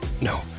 No